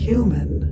Human